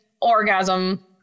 orgasm